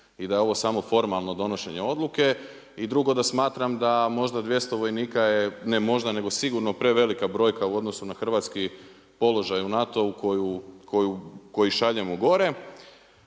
i da je ovo samo formalno donošenje odluke. I drugo da smatram da možda 200 vojnika je, ne možda nego sigurno, prevelika brojka u odnosu na hrvatski položaj u NATO-u koji šaljemo gore,